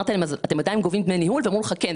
שאלת אותם אם הם עדיין גובים דמי ניהול והם אמרו לך כן.